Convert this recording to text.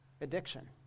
addiction